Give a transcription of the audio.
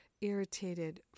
irritated